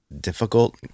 difficult